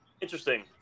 Interesting